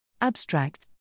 Abstract